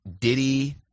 Diddy